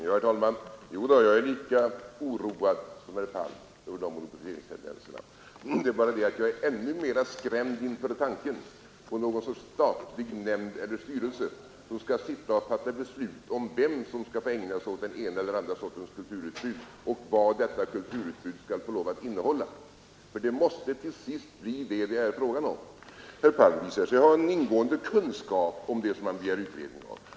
Herr talman! Jodå, jag är lika oroad som herr Palm över monopoliseringstendenserna. Det är bara det att jag är ännu mera skrämd inför tanken på någon sorts statlig nämnd eller styrelse som skall sitta och fatta beslut om vem som skall få ägna sig åt den ena eller andra sortens kulturutbud och vad detta kulturutbud skall få lov att innehålla. Det måste till sist bli fråga om detta. Herr Palm visar sig ha en ingående kunskap om det man begär utredning om.